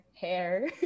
hair